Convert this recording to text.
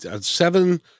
seven